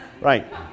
Right